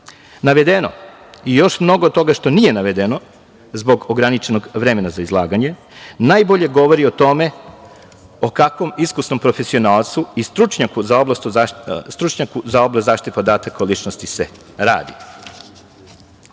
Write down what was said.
Navedeno i još mnogo toga što nije navedeno, zbog ograničenog vremena za izlaganje, najbolje govori o tome o kakvom iskusnom profesionalcu i stručnjaku za oblast zaštite podataka o ličnosti se